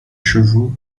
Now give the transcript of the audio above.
chevaux